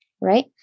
right